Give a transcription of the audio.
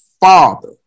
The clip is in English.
father